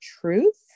truth